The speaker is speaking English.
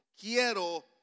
quiero